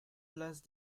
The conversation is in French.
place